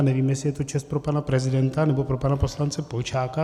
Nevím, jestli je to čest pro pana prezidenta, nebo pro pana poslance Polčáka.